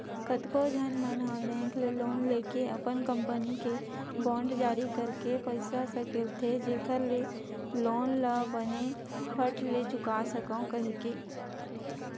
कतको झन मन ह बेंक ले लोन लेके अपन कंपनी के बांड जारी करके पइसा सकेलथे जेखर ले लोन ल बने फट ले चुका सकव कहिके